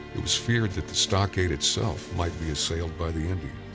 it was feared that the stockade itself might be assailed by the indians.